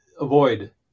avoid